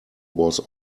was